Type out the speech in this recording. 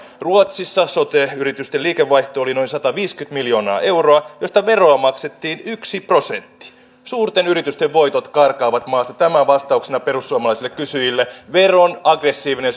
ruotsissa sote yritysten liikevaihto oli noin sataviisikymmentä miljoonaa euroa josta veroa maksettiin yksi prosentti suurten yritysten voitot karkaavat maasta tämä vastauksena perussuomalaisille kysyjille aggressiivinen